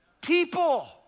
people